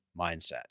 mindset